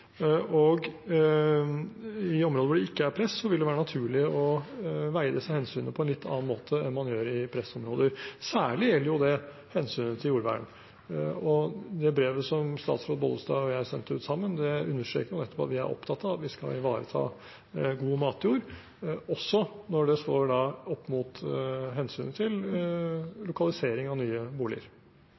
I områder hvor det ikke er press, vil det være naturlig å veie disse hensynene på en litt annen måte enn man gjør i pressområder. Særlig gjelder det hensynet til jordvern. Det brevet som statsråd Bollestad og jeg sendte ut sammen, understreker nettopp at vi er opptatt av at vi skal ivareta god matjord, også når det står opp mot hensynet til lokalisering av nye boliger.